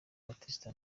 baptiste